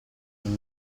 non